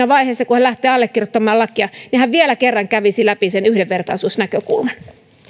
vaiheessa kun hän lähtee allekirjoittamaan lakia hän vielä kerran kävisi läpi sen yhdenvertaisuusnäkökulman